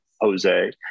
Jose